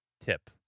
tip